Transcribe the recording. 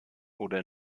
oder